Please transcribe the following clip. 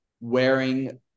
wearing